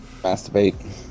Masturbate